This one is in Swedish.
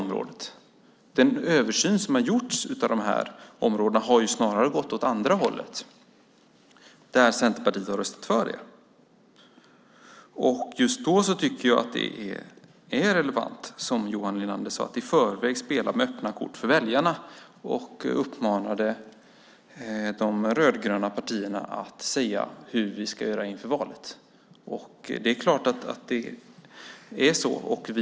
När det gäller den översyn som gjorts på de här områdena har det snarare gått åt andra hållet. Centerpartiet har röstat för. Just därför tycker jag att det, som Johan Linander sade, är relevant att i förväg inför väljarna spela med öppna kort. Han uppmanade också oss i de rödgröna partierna att tala om hur vi kommer att göra inför nästa val. Ja, det är klart.